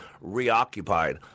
reoccupied